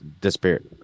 disappeared